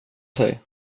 sig